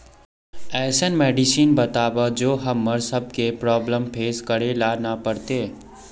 ऐसन मेडिसिन बताओ जो हम्मर सबके प्रॉब्लम फेस करे ला ना पड़ते?